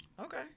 Okay